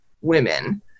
women